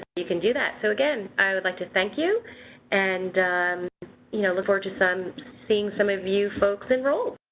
you can do that. so, again, i would like to thank you and you know, look gorgeous i'm seeing some of you folks enroll.